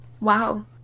Wow